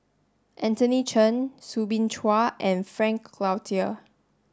Anthony Chen Soo Bin Chua and Frank Cloutier